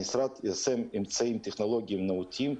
המשרד יישם אמצעים טכנולוגיים נאותים,